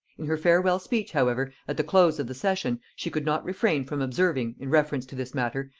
in her farewell speech, however, at the close of the session, she could not refrain from observing, in reference to this matter,